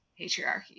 patriarchy